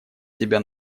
тебя